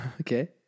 Okay